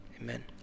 amen